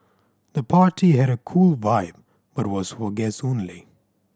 the party had a cool vibe but was for guests only